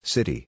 City